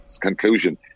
conclusion